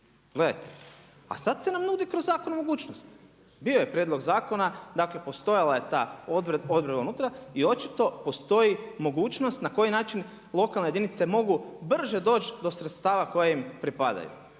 pogledajte. A sada nam se nudi kroz zakon mogućnost. Bio je prijedlog zakona, dakle postojala je ta odredba unutra i očito postoji mogućnost na koji način lokalne jedince mogu brže doći do sredstva koje im pripadaju.